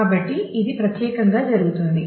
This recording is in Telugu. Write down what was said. కాబట్టి ఇది ప్రత్యేకంగా జరుగుతుంది